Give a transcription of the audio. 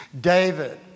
David